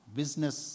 business